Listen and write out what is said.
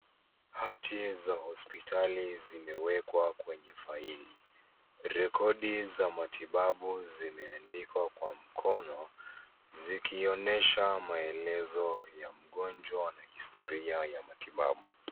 Hati za hospitali zimewekwa kwenye faili. Rekodi za matibabu zimeandikwa kwa mikono zikionyesha maelezo ya mgonjwa na historia ya matibabu.